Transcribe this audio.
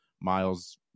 Miles